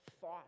thought